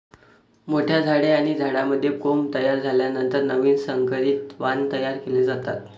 मोठ्या झाडे आणि झाडांमध्ये कोंब तयार झाल्यानंतर नवीन संकरित वाण तयार केले जातात